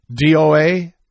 DOA